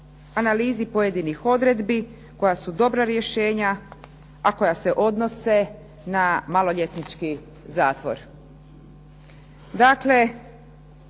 analizi pojedinih odredbi koja su dobra rješenja a koja se odnose na maloljetnički zatvor.